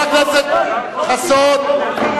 תחזור בך.